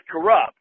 corrupt